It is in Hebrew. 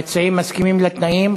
המציעים מסכימים לתנאים?